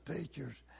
teachers